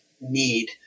need